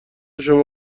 شما